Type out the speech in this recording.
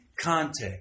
context